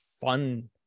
fun